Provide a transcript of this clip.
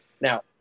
now